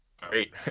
great